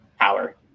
power